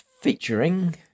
featuring